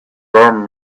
them